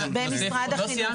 במשרד החינוך.